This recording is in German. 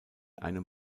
einem